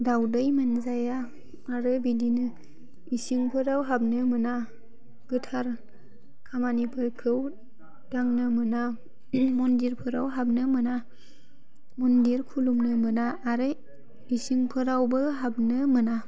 दाउदै मोनजाया आरो बिदिनो इसिंफोराव हाबनो मोना गोथार खामानिफोरखौ दांनो मोना मन्दिरफोराव हाबनो मोना मन्दिर खुलुमनो मोना आरो इसिंफोरावबो हाबनो मोना